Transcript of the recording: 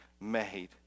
made